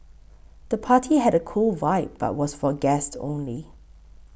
the party had a cool vibe but was for guests only